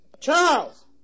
Charles